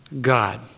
God